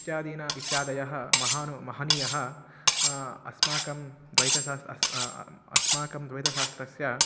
इत्यादीनां इत्यादयः महानु महनीयः अस्माकं द्वैतशास्त्रम् अस् अस्माकं द्वैतशास्त्रस्य